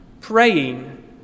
praying